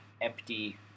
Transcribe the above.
empty